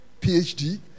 PhD